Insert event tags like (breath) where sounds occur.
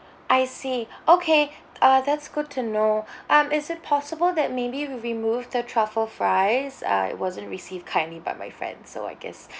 I see (breath) okay (breath) uh that's good to know (breath) um is it possible that maybe we remove the truffle fries uh it wasn't received kindly by my friends so I guess (breath)